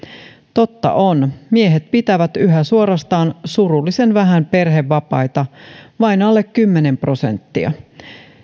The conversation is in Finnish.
totta on miehet pitävät yhä suorastaan surullisen vähän perhevapaita vain alle kymmenen prosenttia